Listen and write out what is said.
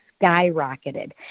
skyrocketed